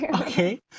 Okay